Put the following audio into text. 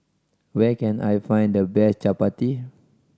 where can I find the best Chapati